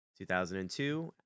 2002